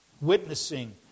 Witnessing